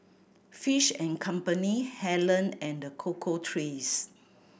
Fish and Company Helen and The Cocoa Trees